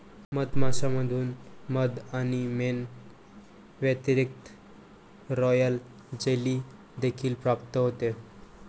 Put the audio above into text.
मधमाश्यांमधून मध आणि मेण व्यतिरिक्त, रॉयल जेली देखील प्राप्त होते